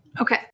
Okay